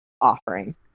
offering